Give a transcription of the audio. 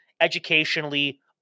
educationally